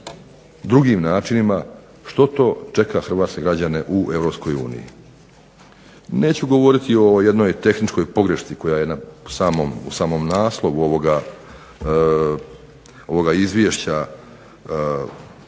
drugim načinima što to čeka hrvatske građane u Europskoj uniji. Neću govoriti o jednoj tehničkoj pogrešci koja je u samom naslovu ovoga izvješća